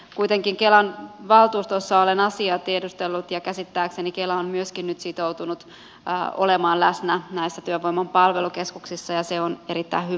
kuitenkin kelan valtuustossa olen asiaa tiedustellut ja käsittääkseni kela on nyt myöskin sitoutunut olemaan läsnä näissä työvoiman palvelukeskuksissa ja se on erittäin hyvä asia